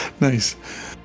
Nice